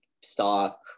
stock